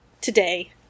today